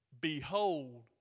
Behold